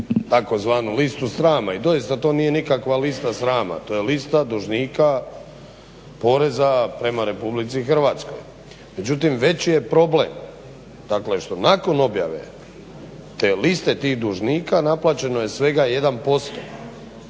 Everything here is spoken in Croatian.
tzv. listu srama i doista to nije nikakva lista srama. To je lista dužnika poreza prema RH. Međutim veći je problem što nakon objave te liste tih dužnika naplaćeno je svega 1%.